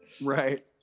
Right